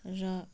र